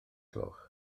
gloch